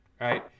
right